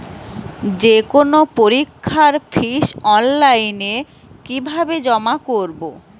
যে কোনো পরীক্ষার ফিস অনলাইনে কিভাবে জমা করব?